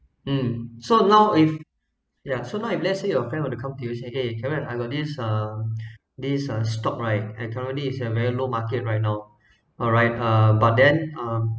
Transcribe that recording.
mm so now if ya so now if let say your friend want to come to use okay I got this uh this uh stock right and currently it's a very low market right now all right uh but then um